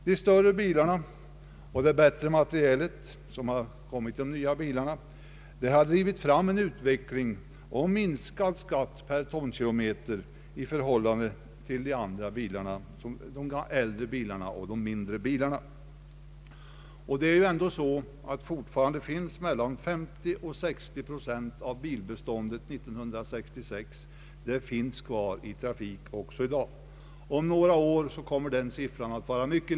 De större bilarna och de bättre materielen har drivit fram en utveckling mot mindre tjänstevikter på samma totalvikt i förhållande till äldre och mindre bilar. Fortfarande finns mellan 50 och 60 procent av bilbeståndet från 1966 kvar i trafik.